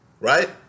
Right